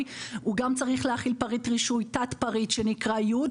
הוא גם צריך להכיל תת-פריט רישוי שנקרא י',